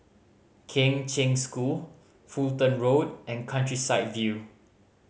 Kheng Cheng School Fulton Road and Countryside View